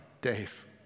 Dave